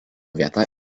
vieta